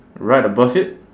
right above it